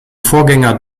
vorgänger